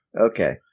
Okay